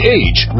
age